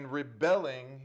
rebelling